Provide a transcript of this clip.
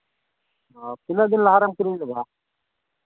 ᱚ ᱛᱤᱱᱟᱹᱜ ᱫᱤᱱ ᱞᱟᱦᱟᱨᱮᱢ ᱠᱤᱨᱤᱧ ᱞᱮᱫᱟ